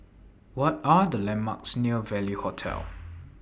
What Are The landmarks near Value Hotel